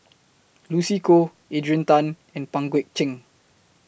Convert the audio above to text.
Lucy Koh Adrian Tan and Pang Guek Cheng